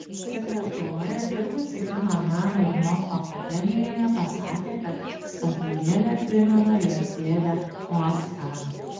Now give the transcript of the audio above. sekretorė dirbusi kino meno ir mokslo akademijoje pasakė kad statulėlė primena jos dėdę oskarą